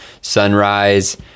sunrise